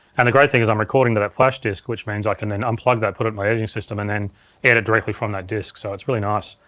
and the great thing is i'm recording to that flash disk which means i can then unplug that, put it in my editing system and then edit directly from that disk, so it's really nice.